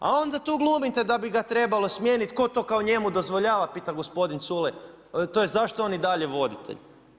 A onda tu glumite da bi ga trebalo smijeniti, tko to kao njemu dozvoljava, pita gospodin Culej, tj. zašto je on i dalje voditelj.